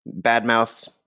badmouth